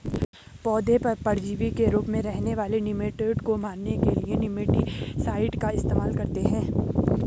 पौधों पर परजीवी के रूप में रहने वाले निमैटोड को मारने के लिए निमैटीसाइड का इस्तेमाल करते हैं